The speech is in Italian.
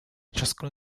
ciascuno